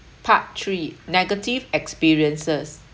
part three negative experiences